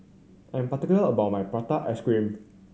I'm particular about my prata ice cream